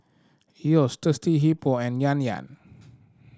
Yeo's Thirsty Hippo and Yan Yan